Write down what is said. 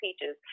teachers